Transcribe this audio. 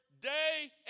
day